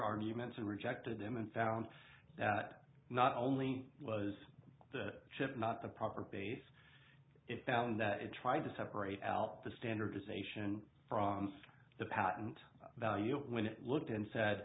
arguments and rejected them and found that not only was the ship not the proper base it found that it tried to separate out the standardization from the patent value when it looked and said